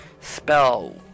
spell